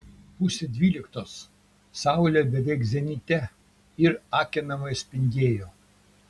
pusė dvyliktos saulė beveik zenite ir akinamai spindėjo